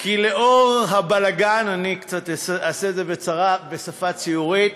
כי לנוכח הבלגן, אני קצת אעשה את זה בשפה ציורית,